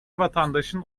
vatandaşın